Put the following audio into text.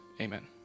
Amen